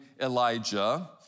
Elijah